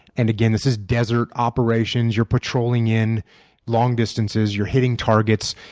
and again, this is desert operations. you're patrolling in long distances. you're hitting targets.